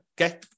okay